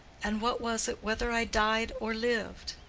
and what was it whether i died or lived?